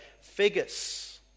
figures